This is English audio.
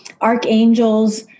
Archangels